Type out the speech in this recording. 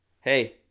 Hey